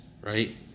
right